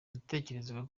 natekerezaga